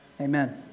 Amen